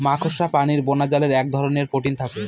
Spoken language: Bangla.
মাকড়সা প্রাণীর বোনাজালে এক ধরনের প্রোটিন থাকে